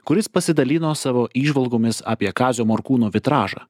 kuris pasidalino savo įžvalgomis apie kazio morkūno vitražą